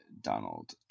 Donald